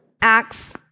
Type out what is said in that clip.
acts